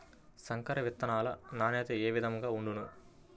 సంకర విత్తనాల నాణ్యత ఏ విధముగా ఉండును?